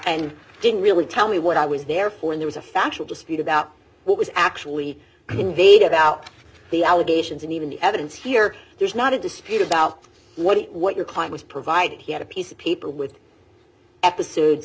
and didn't really tell me what i was there for and there's a factual dispute about what was actually conveyed about the allegations and even the evidence here there's not a dispute about what it what your claim was provided he had a piece of people with episodes